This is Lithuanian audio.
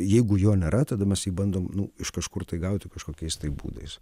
jeigu jo nėra tada mes jį bandom nu iš kažkur tai gauti kažkokiais būdais